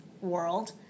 world